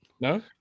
no